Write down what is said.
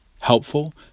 helpful